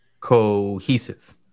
cohesive